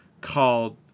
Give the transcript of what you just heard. called